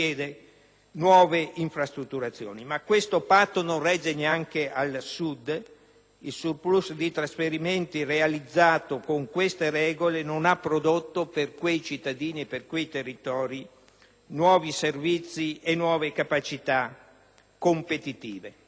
nuove infrastrutturazioni. Ma questo patto non regge neanche al Sud. Il*surplus* di trasferimenti realizzato con queste regole non ha prodotto, per quei cittadini e per quei territori, nuovi servizi e nuove capacità competitive.